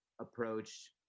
approach